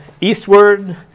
eastward